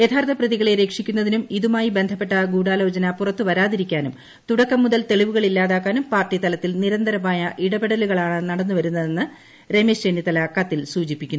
യഥാർത്ഥപ്രതികളെ രക്ഷിക്കുന്നതിനും ഇതുമായി ബന്ധപ്പെട്ട ഗൂഢാലോചന പുറത്തുവരാതിരിക്കാനും തുടക്കം മുതൽ തെളിവുകൾ ഇല്ലാതാക്കാനും പാർട്ടി തലത്തിൽ നിരന്തരമായ ഇടപെടലുകളാണ് നടന്നുവരുന്നതെന്ന് രമേശ് ചെന്നിത്തല കത്തിൽ സൂചിപ്പിക്കുന്നു